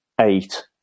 eight